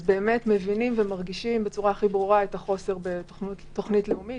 מבינים ומרגישים בצורה הכי ברורה את החוסר בתוכנית לאומית.